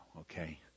okay